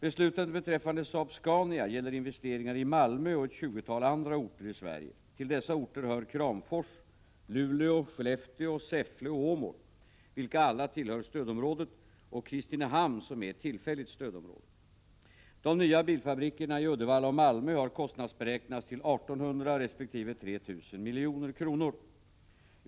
Beslutet beträffande Saab-Scania gäller investeringar i Malmö och ett tjugotal andra orter i Sverige. Till dessa orter hör Kramfors, Luleå, Skellefteå, Säffle och Åmål, vilka alla tillhör stödområdet, och Kristinehamn, som är tillfälligt stödområde. De nya bilfabrikerna i Uddevalla och Malmö har kostnadsberäknats till 1 800 resp. 3 000 milj.kr.